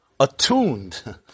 Attuned